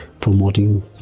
promoting